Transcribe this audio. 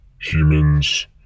Humans